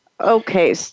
Okay